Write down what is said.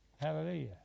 Hallelujah